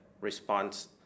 response